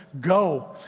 go